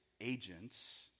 agents—